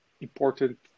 important